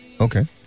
okay